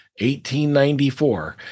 1894